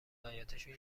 حیاطشون